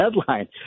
headline